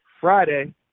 Friday